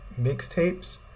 mixtapes